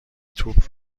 توپ